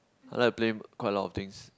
I like to play quite a lot of things